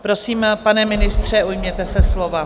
Prosím, pane ministře, ujměte se slova.